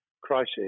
crisis